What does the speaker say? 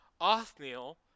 Othniel